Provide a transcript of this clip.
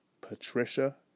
Patricia